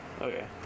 okay